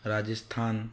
Rajasthan